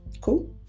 Cool